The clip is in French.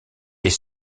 est